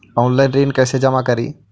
Online ऋण कैसे जमा करी?